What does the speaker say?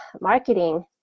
marketing